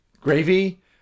gravy